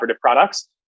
products